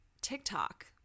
tiktok